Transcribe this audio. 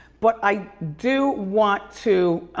but i do want to.